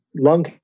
lung